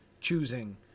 choosing